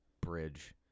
bridge